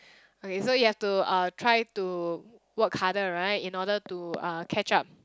okay so you have to uh try to work harder right in order to uh catch up